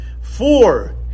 four